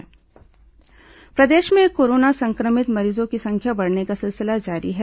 corona मरीज प्रदेश में कोरोना संक्रमित मरीजों की संख्या बढ़ने का सिलसिला जारी है